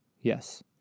Yes